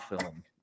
film